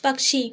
पक्षी